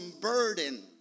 burden